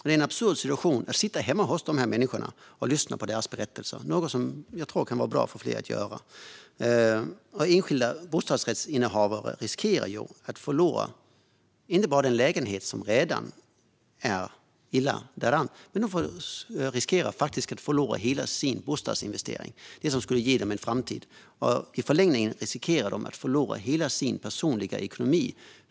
Det är en absurd situation att sitta hemma hos dessa människor och lyssna på deras berättelser. Det kunde vara bra för fler att göra det. Enskilda bostadsrättsinnehavare riskerar att förlora inte bara den lägenhet som redan är illa däran, utan också hela sin bostadsinvestering som skulle ge dem en framtid. I förlängningen riskeras hela deras personliga ekonomi.